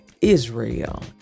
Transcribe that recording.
Israel